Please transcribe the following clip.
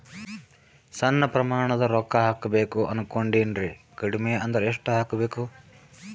ಸಣ್ಣ ಪ್ರಮಾಣದ ರೊಕ್ಕ ಹಾಕಬೇಕು ಅನಕೊಂಡಿನ್ರಿ ಕಡಿಮಿ ಅಂದ್ರ ಎಷ್ಟ ಹಾಕಬೇಕು?